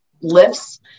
lifts